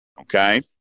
okay